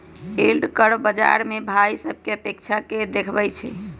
yield curve बाजार से भाइ सभकें अपेक्षा के देखबइ छइ